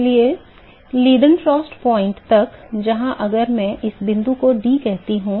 इसलिए Leidenfrost point तक जहां अगर मैं इस बिंदु को D कहता हूं